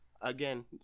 again